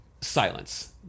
Silence